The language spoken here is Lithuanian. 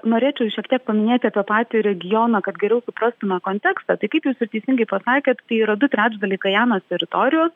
norėčiau šiek tiek paminėti apie patį regioną kad geriau suprastume kontekstą tai kaip jūs ir teisingai pasakėt tai yra du trečdaliai gajanos teritorijos